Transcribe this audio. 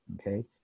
okay